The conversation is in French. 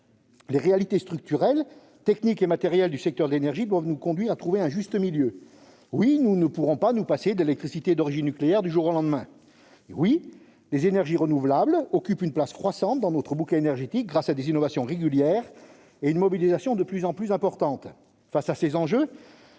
Les réalités structurelles, techniques et matérielles du secteur de l'énergie doivent nous conduire à trouver un juste milieu. Non, nous ne pourrons pas nous passer de l'électricité d'origine nucléaire du jour au lendemain. Oui, les énergies renouvelables occupent une place croissante dans notre bouquet énergétique, grâce à des innovations régulières et une mobilisation de plus en plus importante. Face à ces enjeux,